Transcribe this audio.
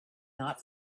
not